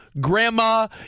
grandma